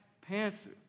panther